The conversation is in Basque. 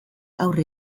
aurre